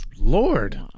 Lord